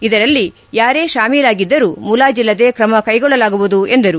ಇದರಲ್ಲಿ ಯಾರೇ ಶಾಮೀಲಾಗಿದ್ದರು ಮುಲಾಜಿಲ್ಲದೆ ಕ್ರಮ ಕೈಗೊಳ್ಳಲಾಗುವುದು ಎಂದರು